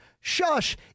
shush